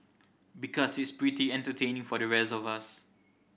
because it's pretty entertaining for the rest of us